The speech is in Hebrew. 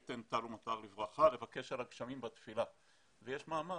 תן טל ומטר לברכה ולבקש בתפילה על הגשמים,